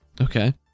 okay